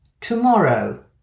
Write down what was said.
Tomorrow